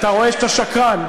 אתה רואה שאתה שקרן?